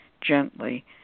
gently